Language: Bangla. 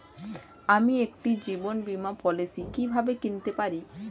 আমি একটি জীবন বীমা পলিসি কিভাবে কিনতে পারি?